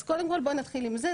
אז קודם כל בוא נתחיל עם זה,